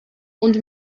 und